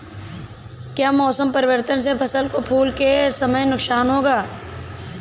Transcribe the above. क्या मौसम परिवर्तन से फसल को फूल के समय नुकसान होगा?